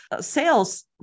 sales